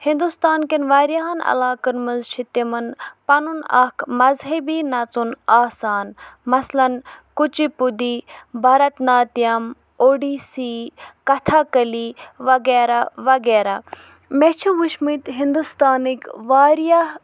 ہِندوستان کٮ۪ن واریاہن علاقن منٛز چھِ تِمن پَنُن اکھ مَذہَبی نَژُن آسان مَثلن Kuchipudi Bharatanatyam Odissi Kathakali وغیرہ وغیرہ مےٚ چھِ وٕچھۍ مٕتۍ ہِندوستانٕکۍ واریاہ